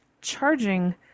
charging